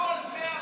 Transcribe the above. הכול מאה אחוז,